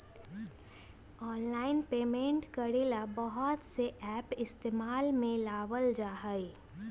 online payment करे ला बहुत से एप इस्तेमाल में लावल जा हई